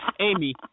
Amy